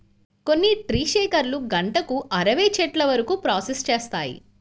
కొన్ని ట్రీ షేకర్లు గంటకు అరవై చెట్ల వరకు ప్రాసెస్ చేస్తాయి